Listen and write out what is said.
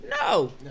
No